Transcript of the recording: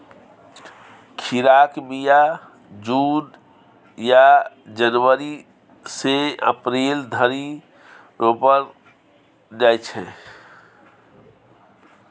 खीराक बीया जुन या जनबरी सँ अप्रैल धरि रोपल जाइ छै